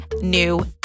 new